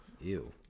Ew